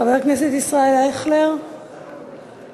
חבר הכנסת ישראל אייכלר, בבקשה.